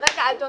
אדוני,